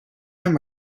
him